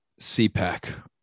CPAC